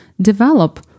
develop